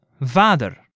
Vader